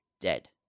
dead